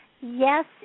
Yes